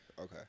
okay